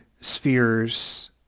spheres